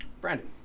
Brandon